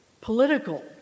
political